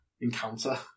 encounter